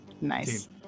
Nice